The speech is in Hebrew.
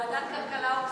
ועדת כלכלה או כספים.